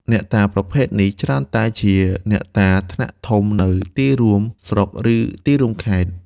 អ្នកតាប្រភេទនេះច្រើនតែជាអ្នកតាថ្នាក់ធំនៅទីរួម ស្រុក ឬ ទីរួមខេត្ត។